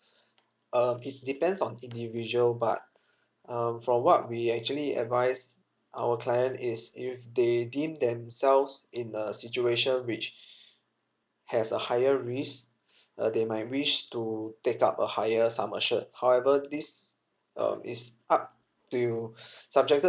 uh it depends on individual but um from what we actually advise our client is if they deem themselves in a situation which has a higher risk uh they might wish to take up a higher sum assured however this um is up till subjected